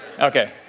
Okay